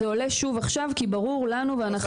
אבל זה עולה שוב עכשיו כי ברור לנו ואנחנו